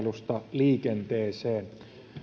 liikenteeseen